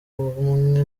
ubumwe